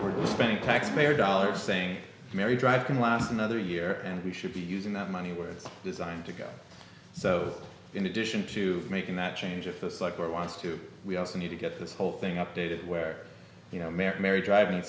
we're spending taxpayer dollars saying merry driver can last another year and we should be using that money were designed to go so in addition to making that change if it's like gore wants to we also need to get this whole thing updated where you know america merry driv